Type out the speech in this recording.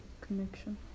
connection